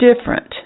different